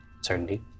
Certainty